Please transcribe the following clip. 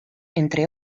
entre